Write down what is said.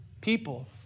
people